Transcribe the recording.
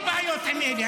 אין לי בעיות עם אלה.